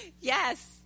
Yes